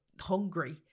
hungry